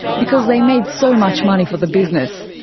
because they made so much money for the business.